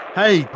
hey